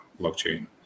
blockchain